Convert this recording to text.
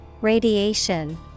Radiation